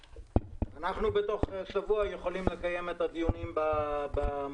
אנחנו בתוך שבוע יכולים לקיים את הדיונים במועצה.